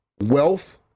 wealth